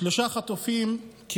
שלושה חטופים: